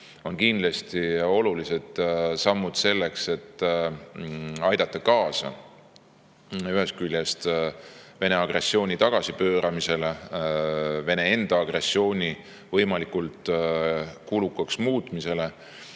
on kindlasti olulised sammud selleks, et aidata kaasa Vene agressiooni tagasipööramisele ja Vene agressiooni võimalikult kulukaks muutmisele